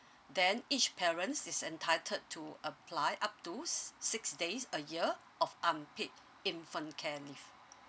then each parents is entitled to apply up to s~ six days a year of unpaid infant care leave